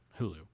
Hulu